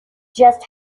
just